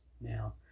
Now